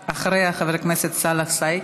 אחריה, חבר הכנסת סאלח סעד.